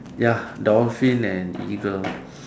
ya dolphin and eagle